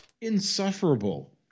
insufferable